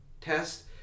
test